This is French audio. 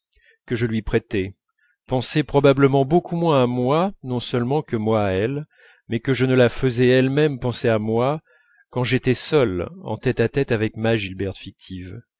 que je lui prêtais pensait probablement beaucoup moins à moi non seulement que moi à elle mais que je ne la faisais elle-même penser à moi quand j'étais seul en tête à tête avec ma gilberte fictive